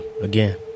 again